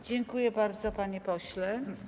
Dziękuję bardzo, panie pośle.